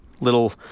little